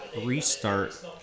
restart